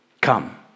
Come